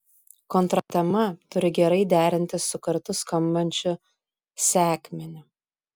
kontratema turi gerai derintis su kartu skambančiu sekmeniu